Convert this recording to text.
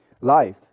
Life